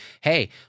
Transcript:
hey